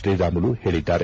ಶ್ರೀರಾಮುಲು ಹೇಳಿದ್ದಾರೆ